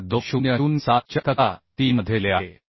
800 2007 च्या तक्ता 3 मध्ये दिले आहे